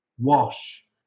Wash